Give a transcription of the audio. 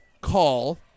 call